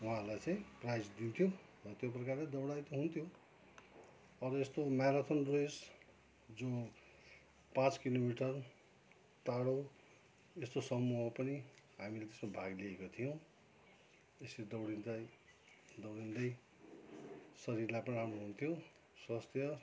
उहाँहरूलाई चाहिँ प्राइज दिन्थ्यो र त्यो प्रकारले दौडाई त हुन्थ्यो अब यस्तो म्याराथान रेस जो पाँच किलोमिटर टाढो यस्तो समूह पनि हामीले त्यसमा भाग लिएका थियौँ यसरी दौडिँदै दौडिँदै शरीरलाई पनि राम्रो हुन्थ्यो स्वास्थ्य